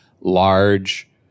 large